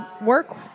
work